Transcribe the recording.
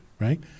right